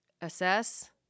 Assess